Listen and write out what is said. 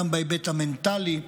גם בהיבט המנטלי,